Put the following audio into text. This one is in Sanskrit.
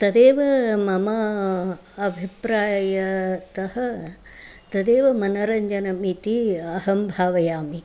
तदेव मम अभिप्रायः तदेव मनोरञ्जनम् इति अहं भावयामि